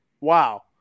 Wow